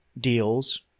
deals